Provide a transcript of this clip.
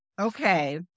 okay